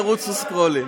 ירוצו "סקרולים".